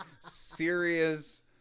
serious